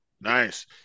nice